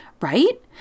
Right